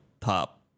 top